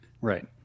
Right